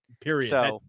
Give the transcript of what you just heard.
period